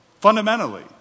fundamentally